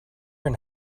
and